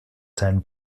seinen